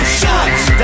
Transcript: shots